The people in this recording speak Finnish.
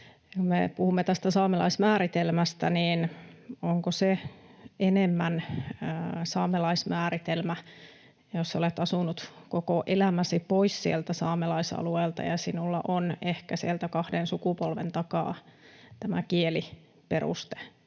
puhumme tästä saamelaismääritelmästä, niin onko se enemmän saamelaismääritelmä, jos olet asunut koko elämäsi pois sieltä saamelaisalueelta ja sinulla on ehkä kahden sukupolven takaa kieliperuste